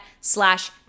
slash